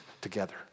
together